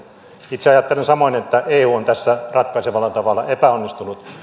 itse ajattelen samoin että eu on tässä ratkaisevalla tavalla epäonnistunut